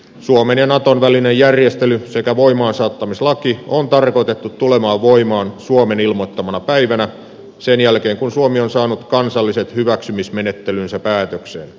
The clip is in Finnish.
suomen ja naton välinen järjestely sekä voimaansaattamislaki on tarkoitettu tulemaan voimaan suomen ilmoittamana päivänä sen jälkeen kun suomi on saanut kansalliset hyväksymismenettelynsä päätökseen